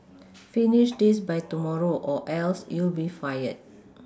finish this by tomorrow or else you'll be fired